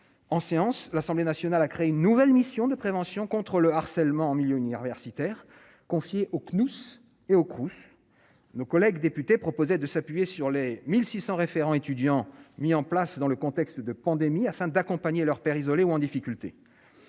en sciences, l'Assemblée nationale a créé une nouvelle mission de prévention contre le harcèlement en milieu universitaire, confié au Cnous et aux couches nos collègues députés proposaient de s'appuyer sur les 1600 référent étudiants mis en place dans le contexte de pandémie afin d'accompagner leur père isolées ou en difficulté,